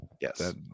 yes